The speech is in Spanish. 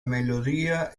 melodía